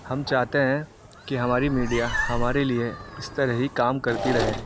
ہم چاہتے ہیں کہ ہماری میڈیا ہمارے لیے اس طرح ہی کام کرتی رہے